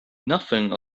nothing